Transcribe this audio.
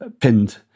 pinned